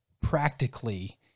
practically